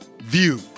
view